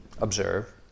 Observe